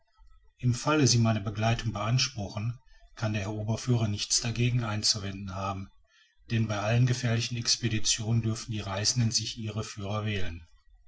im fall sie meine begleitung beanspruchen kann der herr oberführer nichts dagegen einzuwenden haben denn bei allen gefährlichen expeditionen dürfen die reisenden sich ihre führer wählen